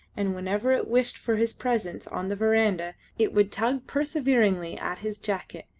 and whenever it wished for his presence on the verandah it would tug perseveringly at his jacket,